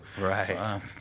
right